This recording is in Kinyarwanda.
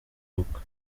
ubukwe